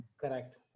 Correct